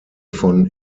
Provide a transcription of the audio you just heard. von